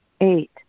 Eight